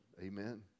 Amen